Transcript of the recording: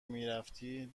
میرفتی